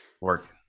Working